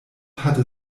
hatte